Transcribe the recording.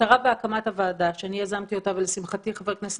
הדברים שאמרתי, חבר הכנסת